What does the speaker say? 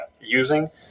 using